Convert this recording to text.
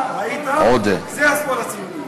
אה, ראית, זה השמאל הציוני.